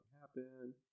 happen